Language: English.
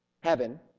heaven